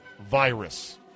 virus